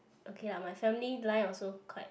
okay lah my family line also quite